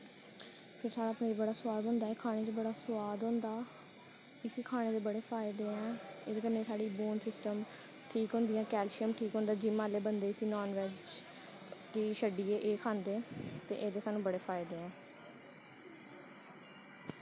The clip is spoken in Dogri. फिर साढ़ा पनीर बड़ा शैल बनदा खाने च बड़ा सोआद होंदा इसी खाने दे बड़ा फायदे ऐं एह्दे कन्नै साढ़ी बोन्स सिस्टम ठीक होंदियां कैलशियम ठीक होंदा जिम्म आह्ले बंदे इसा नान बैज्ज गी छड्डियै एह् खंदे ते एह्दे साह्नू बड़ा फायदे ऐं